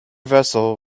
vessel